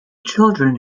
children